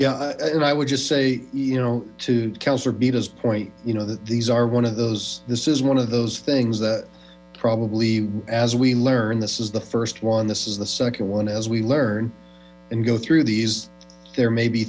yeah i wold just say you know to councilor betas point you know these are one of those this is one of those things that probably as we learn this is the first one this is the second one as we learn and go through these there may be